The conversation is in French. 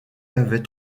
avait